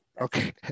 Okay